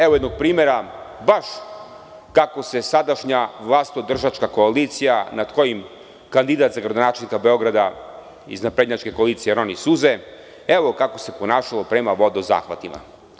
evo jednog primera, baš kako se sadašnja vlastodržačka koalicija, nad kojom kandidat za gradonačelnika Beograda iz naprednjačke koalicije roni suze, ponašala prema vodozahvatima.